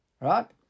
Right